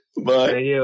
bye